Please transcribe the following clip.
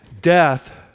Death